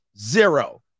zero